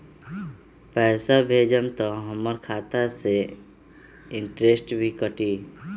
पैसा भेजम त हमर खाता से इनटेशट भी कटी?